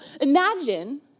imagine